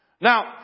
Now